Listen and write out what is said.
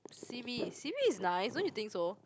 C_B C_B is nice don't you think so